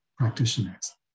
practitioners